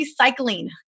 recycling